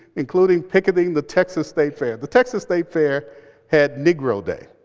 including picketing the texas state fair. the texas state fair had negro day.